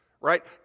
right